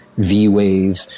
V-wave